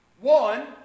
One